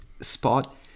spot